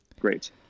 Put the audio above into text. Great